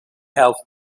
have